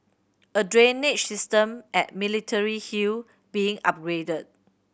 a drainage system at Military Hill being upgraded